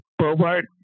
Bobart